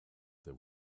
there